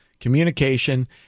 communication